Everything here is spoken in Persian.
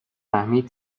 فهمید